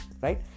Right